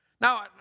Now